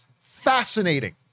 fascinating